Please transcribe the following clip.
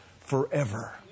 forever